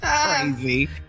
Crazy